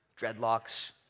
dreadlocks